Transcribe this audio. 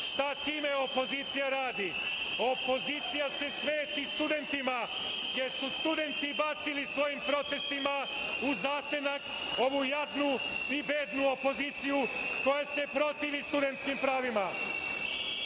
time opozicija time radi? Opozicija se sveti studentima, jer su studenti bacili svojim protestima u zasenak ovu jadnu i bednu opozicija koja se protivi studentskim pravima.